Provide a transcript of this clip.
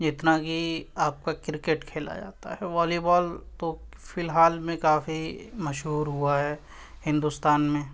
جتنا کہ آپ کا کرکٹ کھیلا جاتا ہے والی بال تو فی الحال میں کافی مشہور ہوا ہے ہندوستان میں